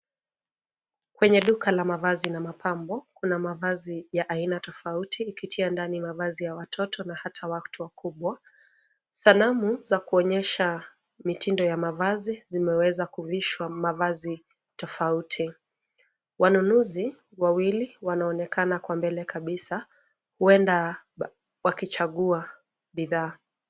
Kwenye duka la mavazi na mapambo, kuna mavazi ya aina tofauti ikitia ndani mavazi ya watoto na ata watu wakubwa. Sanamu za kuonyesha mitindo ya mavazi zimeweza kuvishwa mavazi tofauti. Wanunuzi wawili wanaonekana kwa mbele kabisa, huenda wakichagua bidhaa.